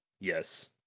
Yes